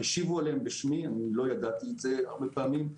השיבו עליהם בשמי, אני לא ידעתי את זה הרבה פעמים.